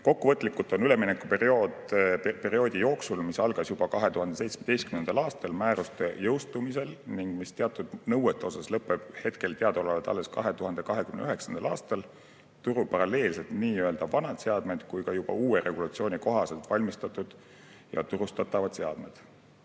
Kokkuvõtlikult on üleminekuperioodi jooksul, mis algas juba 2017. aastal määruste jõustumisel ning mis teatud nõuete puhul lõpeb teadaolevalt alles 2029. aastal, turul paralleelselt nii vanad seadmed kui ka juba uue regulatsiooni kohaselt valmistatud ja turustatavad seadmed.